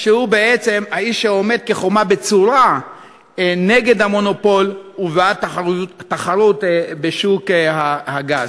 כשהוא בעצם האיש שעומד כחומה בצורה נגד המונופול ובעד תחרות בשוק הגז.